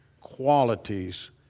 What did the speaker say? qualities